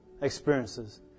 experiences